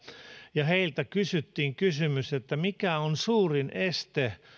ja heiltä kysyttiin kysymys että mikä on suurin este